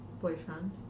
boyfriend